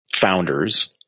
founders